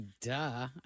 Duh